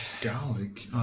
Garlic